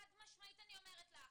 חד-משמעית אני אומרת לך.